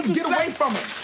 get away from it.